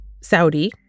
Saudi